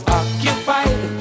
occupied